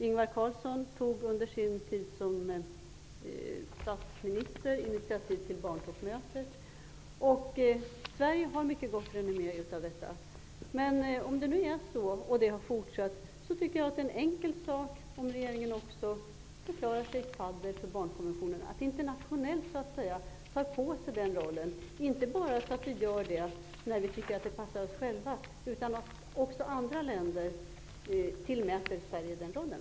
Ingvar Carlsson tog under sin tid som statsminister initiativ till barntoppmötet. Sverige har på grund av detta ett mycket gott renommé. Det vore en enkel sak för regeringen att förklara sig vara fadder för barnkonventionen och ta på sig den rollen internationellt. Det skall vi inte göra bara när vi tycker att det passar oss själva. Också andra länder skall tillmäta Sverige den rollen.